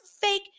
fake